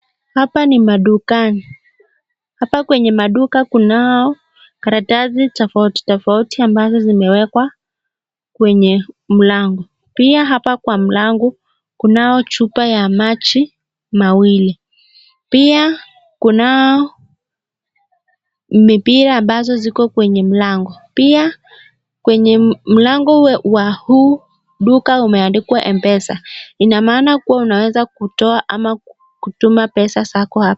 Hapa ni madukani, hapa kwenye duka kuna karatasi tofauti tofauti ambayo imewekwa kwenye mlango. Pia hapa kwa mlango kunayo chupa ya maji mawili. Pia kunamipira ambayo ziko kwenye mlango. Pia kwenye mlango wa huu duka umeandikwa Mpesa ,inaamana kuwa unaweza kutuma ama kutoa pesa zako hapa.